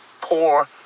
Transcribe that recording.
poor